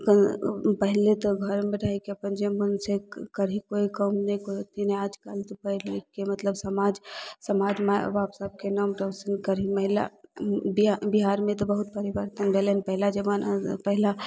कऽ पहिले तऽ घरमे रहिके अपन जे मोन छै कभी करहिके काम नहि लेकिन आज कल तऽ पढ़ि लिखिके मतलब समाज माय बाप सबके नाम रौशन करहि महिला बिहा बिहारमे तऽ बहुत परिवर्तन भेलय हन पहिला जमानामे तऽ पहिला